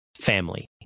family